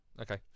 Okay